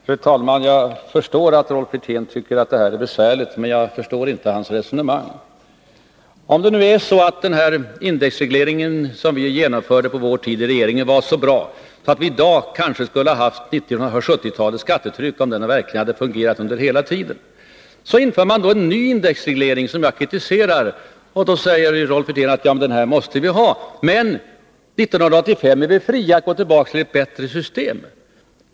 Fru talman! Jag förstår att Rolf Wirtén tycker att det här är besvärligt, men jag förstår inte hans resonemang. Antag att det nu är så att den indexreglering som vi genomförde på vår tid i regeringen var så bra, att vi i dag kanske skulle ha haft 1970-talets skattetryck om den verkligen fungerat under hela tiden. Så inför man då en ny indexreglering, som jag kritiserar. Då säger Rolf Wirtén, att detta måste vi ha, men 1985 är vi fria att gå tillbaka till ett bättre system.